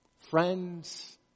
friends